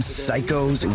psychos